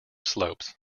slopes